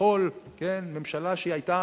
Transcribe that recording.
כביכול ממשלה שהיתה